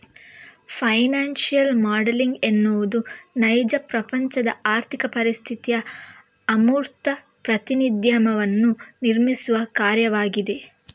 financial modelling ಎನ್ನುವುದು ನೈಜ ಪ್ರಪಂಚದ ಆರ್ಥಿಕ ಪರಿಸ್ಥಿತಿಯ ಅಮೂರ್ತ ಪ್ರಾತಿನಿಧ್ಯವನ್ನು ನಿರ್ಮಿಸುವ ಕಾರ್ಯವಾಗಿದೆ